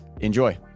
Enjoy